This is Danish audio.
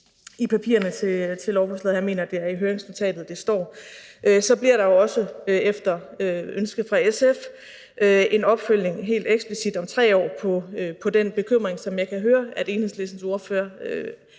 i papirerne til lovforslaget her – jeg mener, det er i høringsnotatet, det står – at der jo også efter ønske fra SF bliver en opfølgning helt eksplicit om 3 år på den bekymring, som jeg kan høre at Enhedslistens ordfører